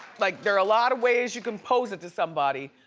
like there are a lot of ways you can pose it to somebody,